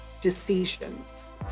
decisions